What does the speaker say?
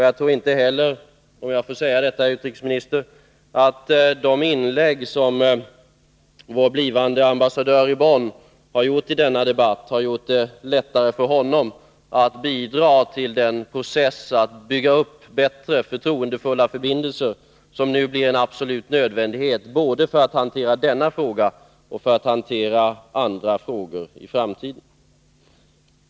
Jag tror inte heller — om jag får säga detta, herr utrikesminister — att de inlägg som vår blivande ambassadör i Bonn har gjort i denna debatt har gjort det lättare för honom att bidra till den process att bygga upp bättre, förtroendefulla förbindelser som nu blir en absolut nödvändighet både för att hantera denna fråga och för att hantera andra frågor i framtiden.